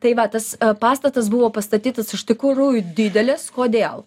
tai va tas pastatas buvo pastatytas iš tikrųjų didelis kodėl